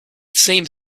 seemed